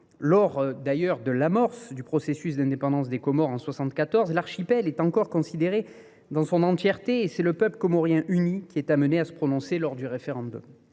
de Mayotte. À l’amorce du processus d’indépendance des Comores en 1974, l’archipel est encore considéré dans son entièreté, et c’est le peuple comorien uni qui est appelé à se prononcer lors du référendum.